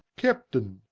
captaine,